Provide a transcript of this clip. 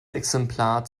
exemplar